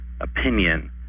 opinion